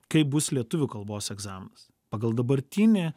kaip bus lietuvių kalbos egzaminas pagal dabartinį